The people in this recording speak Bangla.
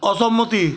অসম্মতি